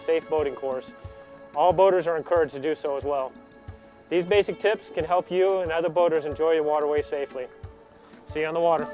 a safe boating course all boaters are encouraged to do so as well these basic tips can help you and other boaters enjoy a waterway safely say on the water